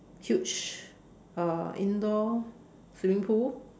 huge uh indoor swimming pool